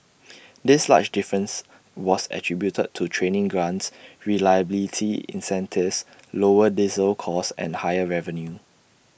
this large difference was attributed to training grants reliability incentives lower diesel costs and higher revenue